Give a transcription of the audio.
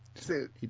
suit